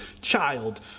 child